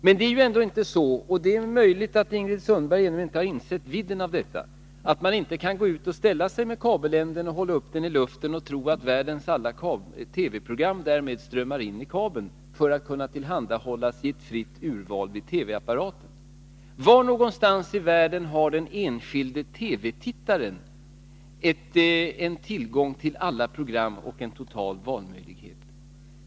Men man kan ändå inte — och det är möjligt att Ingrid Sundberg inte har insett vidden av detta — gå ut och ställa sig med kabellängden, hålla upp den i luften och tro att världens alla TV-program därmed strömmar in i kabeln för att kunna tillhandahållas för fritt urval i TV-apparaten. Var någonstans i världen har den enskilda TV-tittaren tillgång till alla program och en total valfrihet?